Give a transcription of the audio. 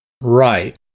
Right